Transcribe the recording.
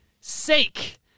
Sake